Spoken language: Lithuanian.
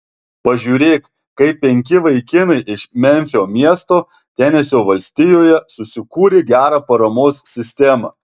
pažiūrėk kaip penki vaikinai iš memfio miesto tenesio valstijoje susikūrė gerą paramos sistemą